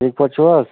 ٹھیٖک پٲٹھۍ چھِو حظ